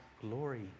glory